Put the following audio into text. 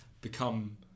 become